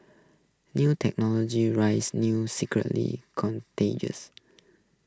new technologies raise new security